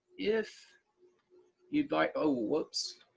if you'd like, oh whoops!